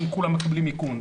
כולם מקבלים איכון.